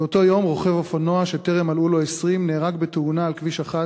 באותו היום רוכב אופנוע שטרם מלאו לו 20 נהרג בתאונה על כביש 1,